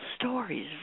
stories